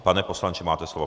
Pane poslanče, máte slovo.